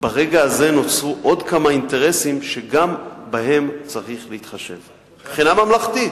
ברגע הזה נוצרו עוד כמה אינטרסים שגם בהם צריך להתחשב מבחינה ממלכתית.